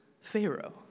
Pharaoh